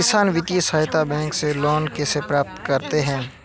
किसान वित्तीय सहायता बैंक से लोंन कैसे प्राप्त करते हैं?